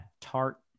tart